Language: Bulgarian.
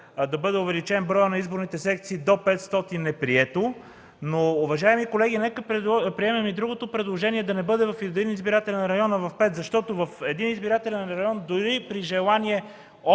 да бъде увеличен броят на изборните секции до 500, е прието. Но, уважаеми колеги, нека приемем и другото предложение – да не бъде в един избирателен район, а в пет, защото в един избирателен район дори при желание